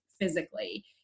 physically